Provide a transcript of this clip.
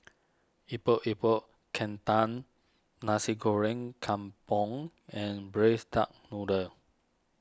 Epok Epok Kentang Nasi Goreng Kampung and Braised Duck Noodle